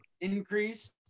increase